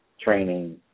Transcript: training